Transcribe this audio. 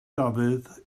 dafydd